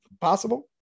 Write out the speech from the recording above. possible